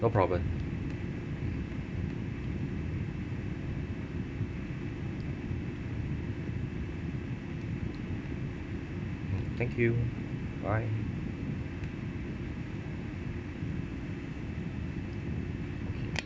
no problem thank you bye